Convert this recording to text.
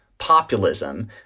populism